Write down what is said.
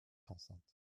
enceinte